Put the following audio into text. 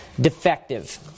defective